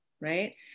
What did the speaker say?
right